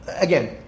again